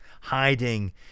hiding